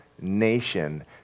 nation